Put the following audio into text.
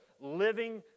living